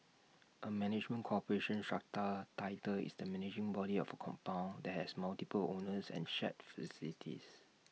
A management corporation strata title is the managing body of A compound that has multiple owners and shared facilities